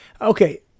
Okay